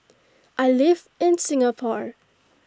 I live in Singapore